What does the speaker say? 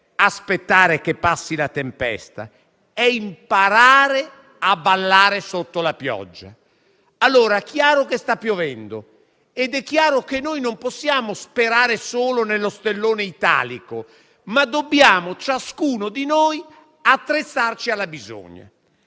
aspettare che passi la tempesta, è imparare a ballare sotto la pioggia. È chiaro che sta piovendo ed è chiaro che noi non possiamo sperare solo nello stellone italico, ma ciascuno di noi deve attrezzarsi alla bisogna.